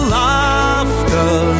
laughter